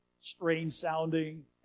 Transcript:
strange-sounding